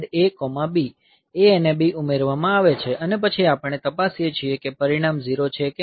A અને B ઉમેરવા માં આવે છે અને પછી આપણે તપાસીએ છીએ કે પરિણામ 0 છે કે નહીં